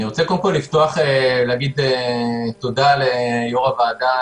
אני רוצה לפתוח ולהגיד תודה ליו"ר הוועדה,